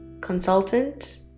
consultant